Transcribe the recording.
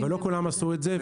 בסדר, אבל לא כולם עשו את זה.